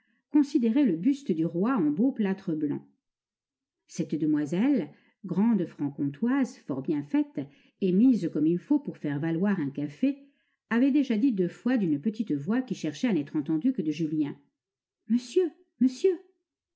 considérait le buste du roi en beau plâtre blanc cette demoiselle grande franc comtoise fort bien faite et mise comme il le faut pour faire valoir un café avait déjà dit deux fois d'une petite voix qui cherchait à n'être entendue que de julien monsieur monsieur